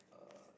uh